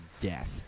death